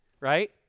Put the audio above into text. right